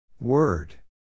Word